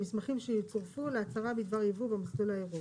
המסמכים שיצורפו להצהרה בדבר יבוא במסלול האירופי.